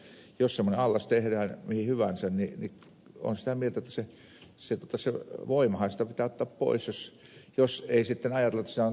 mutta jos semmoinen allas tehdään mihin hyvänsä niin olen sitä mieltä että se voimahan pitää ottaa pois jos ei sitten ajatella että se allas saadaan kalatalouskäyttöön